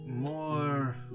more